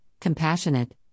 compassionate